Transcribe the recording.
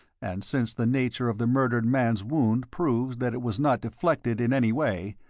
and since the nature of the murdered man's wound proves that it was not deflected in any way,